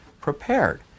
prepared